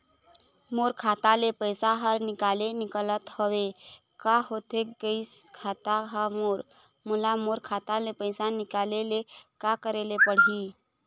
मोर खाता ले पैसा हर निकाले निकलत हवे, का होथे गइस खाता हर मोर, मोला मोर खाता ले पैसा निकाले ले का करे ले पड़ही?